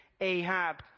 Ahab